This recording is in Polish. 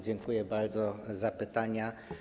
Dziękuję bardzo za pytania.